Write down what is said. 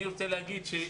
בתקופה הזאת,